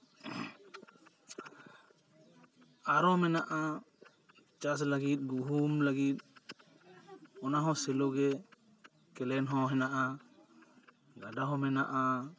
ᱟᱨᱚ ᱢᱮᱱᱟᱜᱼᱟ ᱪᱟᱥ ᱞᱟᱹᱜᱤᱫ ᱜᱩᱦᱩᱢ ᱞᱟᱹᱜᱤᱫ ᱚᱱᱟ ᱦᱚᱸ ᱥᱮᱞᱳ ᱜᱮ ᱠᱮᱱᱮᱞ ᱦᱚᱸ ᱦᱮᱱᱟᱜᱼᱟ ᱜᱟᱰᱟ ᱦᱚᱸ ᱢᱮᱱᱟᱜᱼᱟ